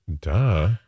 Duh